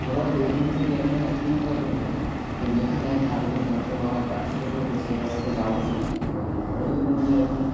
এবার এইগুলো থেকে এড়ানোর একটি উপায় রয়ে যায় যেখানে খাল বিল গর্ত বা তার ছিঁড়ে পড়ছে সেই রাস্তা দিয়ে যাওয়া উচিত নয় এবং ঘরে যদি কোনো দিন এরকম